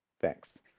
Thanks